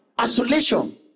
isolation